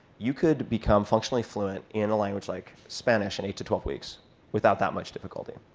you could become functionally fluent in a language like spanish in eight to twelve weeks without that much difficulty.